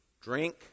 drink